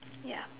ya